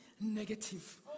negative